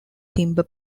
timber